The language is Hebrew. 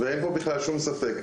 ואין פה בכלל שום ספק.